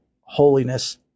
holiness